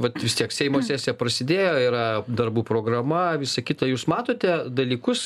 vat vis tiek seimo sesija prasidėjo yra darbų programa visa kita jūs matote dalykus